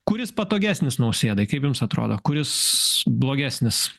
kuris patogesnis nausėdai kaip jums atrodo kuris blogesnis